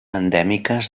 endèmiques